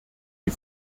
die